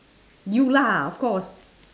you lah of course